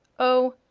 oh,